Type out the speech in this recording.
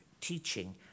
teaching